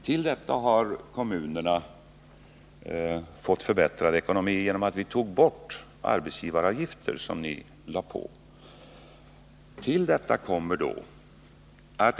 Till detta kommer att kommunerna har fått förbättrad ekonomi genom att vi tog bort arbetsgivaravgifter som ni hade lagt på dem.